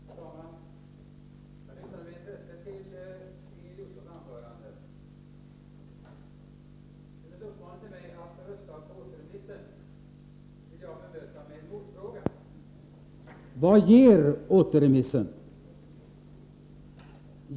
Herr talman! Jag lyssnade med intresse till Inger Josefssons anförande. Hennes uppmaning till mig att rösta för återremiss vill jag bemöta med en motfråga. Vad ger återremissen?